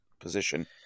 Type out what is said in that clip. position